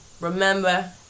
remember